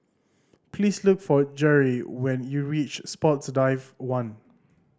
please look for Jere when you reach Sports Drive One